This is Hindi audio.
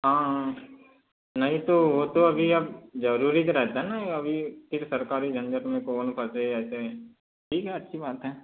हाँ हाँ नहीं तो वो तो अभी अब ज़रूरी भी रहता है ना अब यह फिर सरकारी झंझट में कौन फंसे ऐसे ठीक है अच्छी बात है